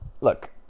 Look